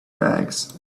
bags